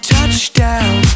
Touchdown